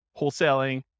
wholesaling